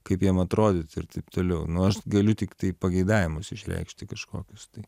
kaip jam atrodyt ir taip toliau nu aš galiu tiktai pageidavimus išreikšti kažkokius tai